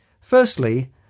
firstly